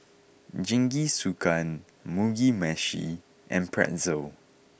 Jingisukan Mugi meshi and Pretzel